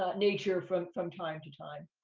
ah nature from from time to time.